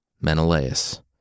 Menelaus